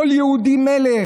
כל יהודי מלך.